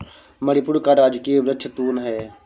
मणिपुर का राजकीय वृक्ष तून है